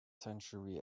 century